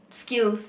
skills